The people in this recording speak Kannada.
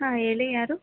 ಹಾಂ ಹೇಳಿ ಯಾರು